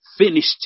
finished